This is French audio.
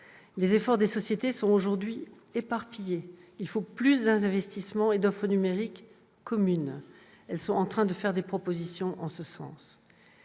Les efforts des sociétés sont aujourd'hui éparpillés ; il faut plus d'investissements et d'offres numériques communes. Les sociétés font à l'heure actuelle des propositions en ce sens.